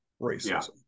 racism